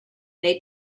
may